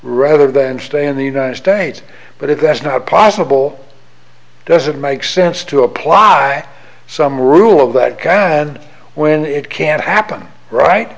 rather than stay in the united states but if that's not possible does it make sense to apply some rule that can and when it can't happen right